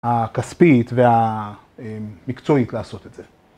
‫הכספית והמקצועית לעשות את זה.